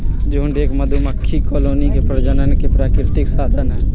झुंड एक मधुमक्खी कॉलोनी के प्रजनन के प्राकृतिक साधन हई